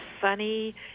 funny